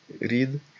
read